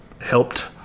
helped